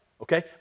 okay